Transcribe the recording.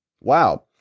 Wow